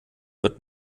wird